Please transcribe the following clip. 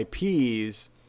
IPs